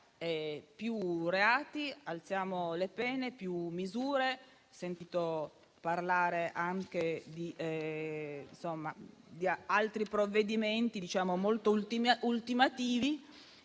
più reati, di alzare le pene, più misure. Ho sentito parlare anche di altri provvedimenti molto ultimativi